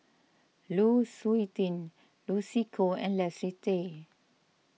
Lu Suitin Lucy Koh and Leslie Tay